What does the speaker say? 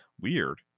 Weird